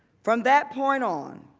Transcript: from that point on,